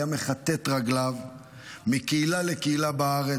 היה מכתת רגליו מקהילה לקהילה בארץ,